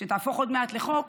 שתהפוך עוד מעט לחוק,